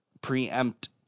preempt